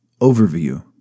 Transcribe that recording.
Overview